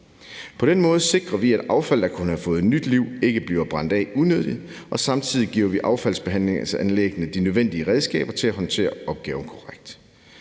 På den måde sikrer vi, at affald, der kunne have fået nyt liv, ikke bliver brændt af unødigt, og samtidig giver vi affaldsbehandlingsanlæggene de nødvendige redskaber til at håndtere opgaven korrekt.